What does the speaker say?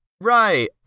right